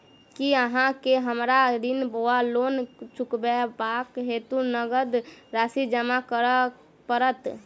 की अहाँ केँ हमरा ऋण वा लोन चुकेबाक हेतु नगद राशि जमा करऽ पड़त?